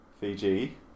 Fiji